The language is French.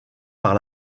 par